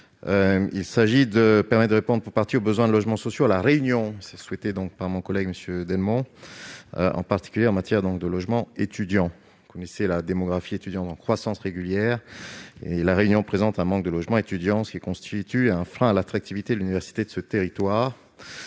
mesure permettrait de répondre pour partie aux besoins en logements sociaux à La Réunion, en particulier en matière de logements étudiants. Forte d'une démographie étudiante en croissance régulière, La Réunion présente un manque de logements étudiants, ce qui constitue un frein à l'attractivité de l'université de ce territoire.